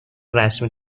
رسمی